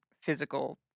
physical